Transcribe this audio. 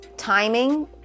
Timing